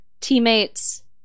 teammates